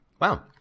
Wow